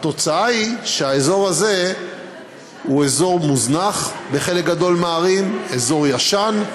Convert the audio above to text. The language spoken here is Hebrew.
התוצאה היא שהאזור הזה הוא אזור מוזנח ובחלק גדול מהערים אזור ישן,